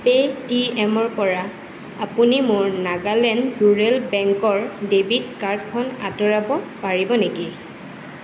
পে'টিএমৰপৰা আপুনি মোৰ নাগালেণ্ড ৰুৰেল বেংকৰ ডেবিট কাৰ্ডখন আঁতৰাব পাৰিব নেকি